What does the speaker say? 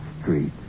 Street